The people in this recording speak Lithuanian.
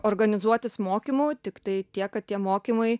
organizuotis mokymų tiktai tiek kad tie mokymai